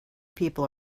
people